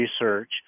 research